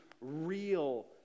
real